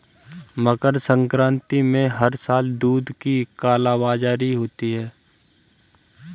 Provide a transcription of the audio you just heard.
मकर संक्रांति में हर साल दूध की कालाबाजारी होती है